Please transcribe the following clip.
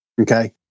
Okay